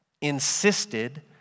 insisted